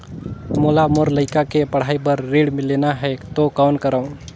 मोला मोर लइका के पढ़ाई बर ऋण लेना है तो कौन करव?